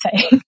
say